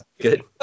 Good